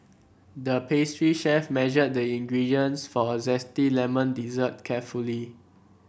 the pastry chef measured the ingredients for a zesty lemon dessert carefully